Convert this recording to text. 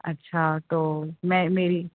اچھا تو میں میری